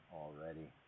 already